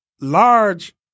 large